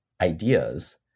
ideas